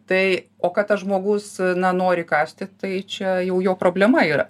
tai o kad tas žmogus na nori kąsti tai čia jau jo problema yra